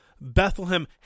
Bethlehem